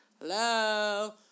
Hello